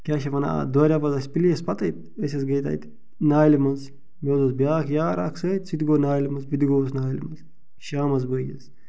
کیاہ چھِ ونان اتھ دوریو پتہٕ اسہِ پُلیٖس پتہٕ أسۍ حظ گٔیہِ تتہِ نالہِ منٛز مےٚ اوس بیٚاکھ یار اکھ سۭتۍ سُہ تہِ گوٚو نالہِ منٛز بہٕ تہِ گوٚوُس نالہِ منٛز شامس بٲگۍ حظ